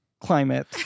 climate